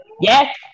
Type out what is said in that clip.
Yes